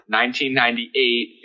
1998